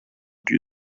die